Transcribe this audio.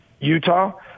Utah